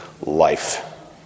life